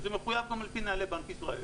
וזה מחויב גם על פי נהלי בנק ישראל,